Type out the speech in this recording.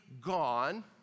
gone